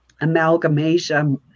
amalgamation